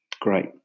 Great